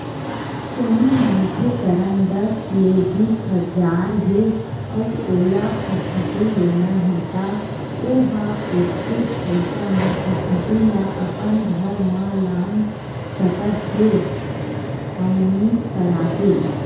कोनो मनखे करन दस ले बीस हजार हे अउ ओला फटफटी लेना हे त ओ ह ओतकेच पइसा म फटफटी ल अपन घर म लान सकत हे फायनेंस करा के